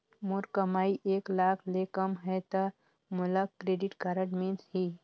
मोर कमाई एक लाख ले कम है ता मोला क्रेडिट कारड मिल ही?